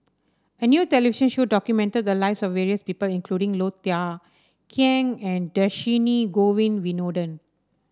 a new television show documented the lives of various people including Low Thia Khiang and Dhershini Govin Winodan